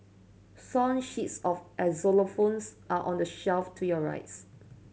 song sheets of xylophones are on the shelf to your rights